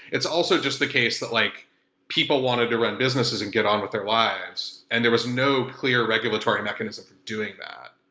it's also just the case that like people wanted to run businesses and get on with their lives and there was no clear regulatory mechanism from doing that.